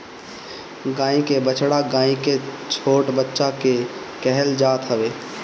गाई के बछड़ा गाई के छोट बच्चा के कहल जात हवे